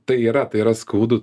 tai yra tai yra skaudu